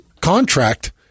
contract